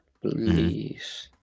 please